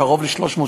קרוב ל-300,